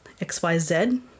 xyz